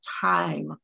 time